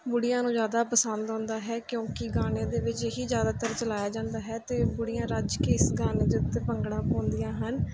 ਬੁੱਢੀਆਂ ਨੂੰ ਜ਼ਿਆਦਾ ਪਸੰਦ ਆਉਂਦਾ ਹੈ ਕਿਉਂਕਿ ਗਾਣੇ ਦੇ ਵਿੱਚ ਇਹੀ ਜ਼ਿਆਦਾਤਰ ਚਲਾਇਆ ਜਾਂਦਾ ਹੈ ਅਤੇ ਬੁੱਢੀਆਂ ਰੱਜ ਕੇ ਇਸ ਗਾਣੇ ਦੇ ਉੱਤੇ ਭੰਗੜਾ ਪਾਉਂਦੀਆਂ ਹਨ